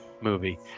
movie